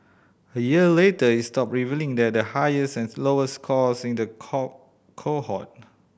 a year later it stopped revealing that the highest and lowest scores in the core cohort